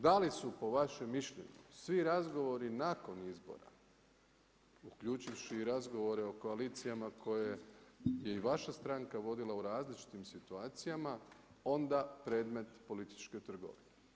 Da li su po vašem mišljenju, svi razgovori nakon izbora uključivši razgovore o koalicijama koje je i vaša stranka vodila u različitim situacijama, onda predmet političke trgovine.